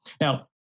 Now